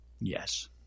Yes